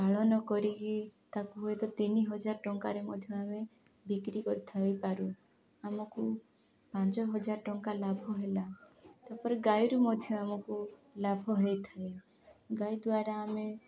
ପାଳନ କରିକି ତାକୁ ହୁଏତ ତିନି ହଜାର ଟଙ୍କାରେ ମଧ୍ୟ ଆମେ ବିକ୍ରି କରିଥାଇପାରୁ ଆମକୁ ପାଞ୍ଚ ହଜାର ଟଙ୍କା ଲାଭ ହେଲା ତାପରେ ଗାଈରୁ ମଧ୍ୟ ଆମକୁ ଲାଭ ହୋଇଥାଏ ଗାଈ ଦ୍ୱାରା ଆମେ